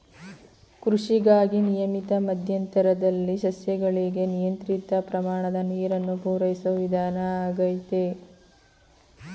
ಕೃಷಿಗಾಗಿ ನಿಯಮಿತ ಮಧ್ಯಂತರದಲ್ಲಿ ಸಸ್ಯಗಳಿಗೆ ನಿಯಂತ್ರಿತ ಪ್ರಮಾಣದ ನೀರನ್ನು ಪೂರೈಸೋ ವಿಧಾನ ಆಗೈತೆ